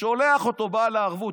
ששולח אותו בעל הערבות,